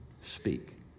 speak